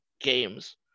games